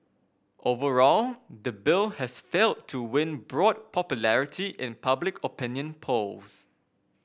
overall the bill has failed to win broad popularity in public opinion polls